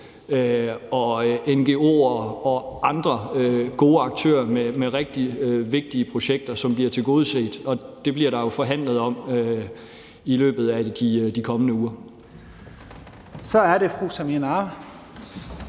og ngo'er og andre gode aktører med rigtig vigtige projekter, som bliver tilgodeset, og det bliver der jo forhandlet om i løbet af de kommende uger. Kl. 10:28 Første